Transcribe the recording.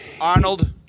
Arnold